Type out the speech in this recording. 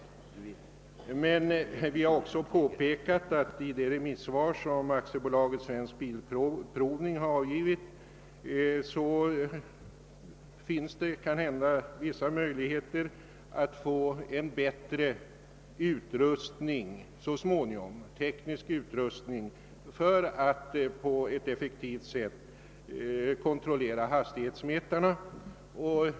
Vi har emellertid också påpekat att enligt det remissvar som AB Svensk bilprovning har avgivit finns det måhända vissa möjligheter att få en bättre teknisk utrustning så småningom för att på ett effektivt sätt kunna kontrollera hastighetsmätarna.